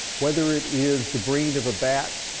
whether it is the brain of a bat,